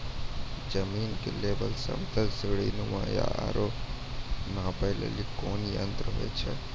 जमीन के लेवल समतल सीढी नुमा या औरो नापै लेली कोन यंत्र होय छै?